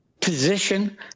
position